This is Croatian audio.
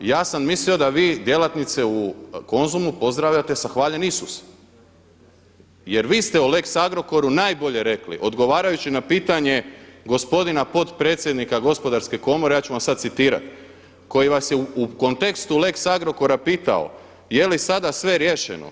ja sam mislio da vi djelatnice u Konzumu pozdravljate sa hvaljen Isus jer vi ste o lex Agrokoru najbolje rekli odgovarajući na pitanje gospodina potpredsjednika gospodarske komore, ja ću vam sada citirati, koji vas je u kontekstu lex Agrkora pitao je li sada sve riješeno.